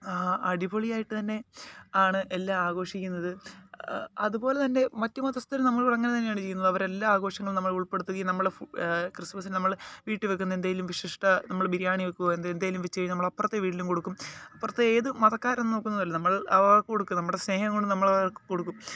അടിപൊളി ആയിട്ട്തന്നെ ആണ് എല്ലാം ആഘോഷിക്കുന്നത് അതുപോലെതന്നെ മറ്റ് മതസ്ഥര് നമ്മളോട് അങ്ങനെതന്നാണ് ചെയ്യുന്നത് അവരെ എല്ലാ ആഘോഷങ്ങളിലും നമ്മളെ ഉൾപ്പെടുത്തുകയും നമ്മള് ക്രിസ്മസിന് നമ്മള് വീട്ടില് വയ്ക്കുന്ന എന്തേലും വിശിഷ്ട നമ്മള് ബിരിയാണി വയ്ക്കുകയോ എന്തേലും വച്ചുകഴിഞ്ഞാല് നമ്മൾ അപ്പുറത്തെ വീട്ടിലും കൊടുക്കും അപ്പുറത്തെ ഏത് മതക്കാരെന്ന് നോക്കുന്നതല്ല നമ്മൾ അവർക്ക് കൊടുക്കും നമ്മുടെ സ്നേഹംകൊണ്ട് നമ്മളതൊക്കെ കൊടുക്കും